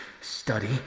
study